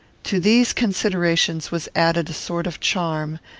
to these considerations was added a sort of charm,